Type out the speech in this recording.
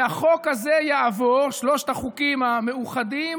והחוק הזה יעבור, שלושת החוקים המאוחדים,